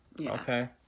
Okay